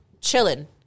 chilling